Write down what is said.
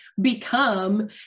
become